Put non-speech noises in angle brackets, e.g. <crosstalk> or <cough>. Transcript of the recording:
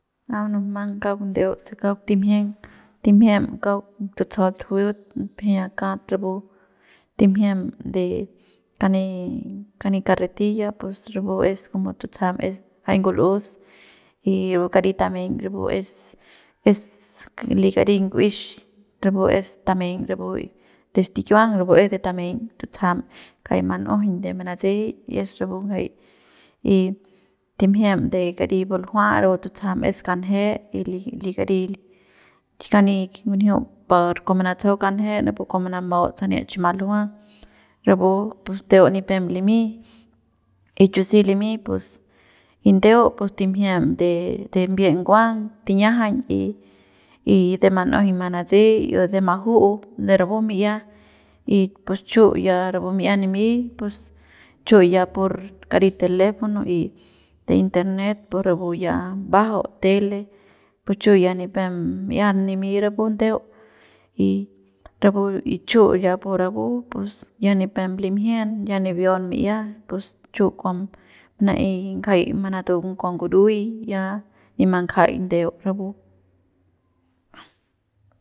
A munumang kauk ndeu se kauk timjieng timjien kauk tutsajaut jueut <noise> pjia kat rapu timjiem de kani kani carretilla pus rapu es como tutsajam es jay ngul'us y pu kari tameiñ rapu es es li kari nguex rapu es tameiñ rapu y de stikiuang es de tameiñ tutsajam kjay man'ujuñ de manatsey y es rapu ngajay jay y timjiem de kari buljua rapu tutsajam es kanjet y li li kari li kani ken ngunjiu par kua mantsajau kanje napu kua manamaut sani chi maljua rapu pus ndeu nipep limy y chu si limy pus y de pus timjiem de de mbie nguang tiñiajañ y y de man'ujuñ manatsey y de maju'u de rapu mi'ia y pus chu ya rapu mi'ia nimy pus chu ya pur karit teléfono y de internet <noise> pus rapu ya mbajau tele pus chu ya nipem mi'ia nimy rapu ndeu y rapu y chu ya pur rapu pus ya nipep limjien ya nibiaun mi'ia pus chu kuas mana'ey ngajay manatung kua ngurui ya nip mbanjaik ndeu rapu.